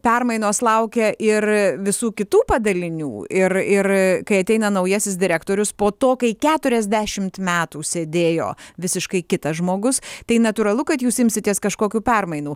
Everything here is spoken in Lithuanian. permainos laukia ir visų kitų padalinių ir ir kai ateina naujasis direktorius po to kai keturiasdešimt metų sėdėjo visiškai kitas žmogus tai natūralu kad jūs imsitės kažkokių permainų